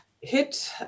hit